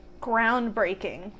Groundbreaking